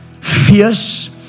fierce